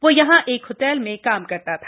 वो वहां एक होटल में काम करता था